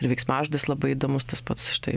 ir veiksmažodis labai įdomus tas pats štai